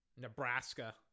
Nebraska